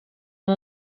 amb